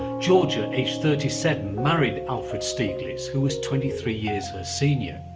georgia, aged thirty seven married alfred stieglitz, who was twenty three years her senior,